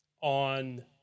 on